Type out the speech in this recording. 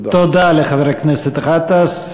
תודה לחבר הכנסת גטאס.